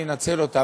אני אנצל אותן.